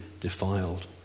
defiled